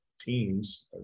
teams